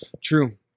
True